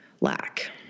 lack